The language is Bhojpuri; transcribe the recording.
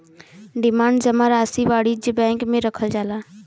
डिमांड जमा राशी वाणिज्य बैंक मे रखल जाला